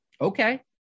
okay